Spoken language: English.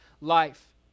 life